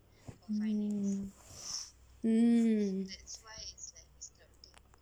mm mm